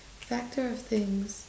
factor of things